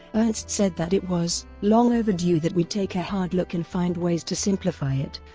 ernst said that it was long-overdue that we take a hard look and find ways to simplify it